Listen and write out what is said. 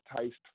taste